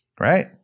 right